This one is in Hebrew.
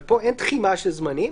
אבל פה אין תחימה של זמנים.